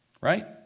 right